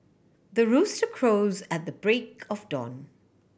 the rooster crows at the break of dawn